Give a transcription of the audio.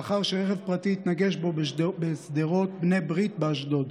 לאחר שרכב פרטי התנגש בו בשדרות בני ברית באשדוד.